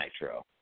Nitro